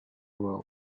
world